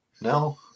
No